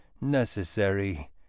necessary